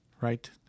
right